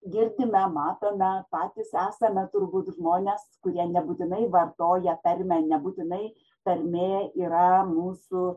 girdime matome patys esame turbūt žmonės kurie nebūtinai vartoja tarmę nebūtinai tarmė yra mūsų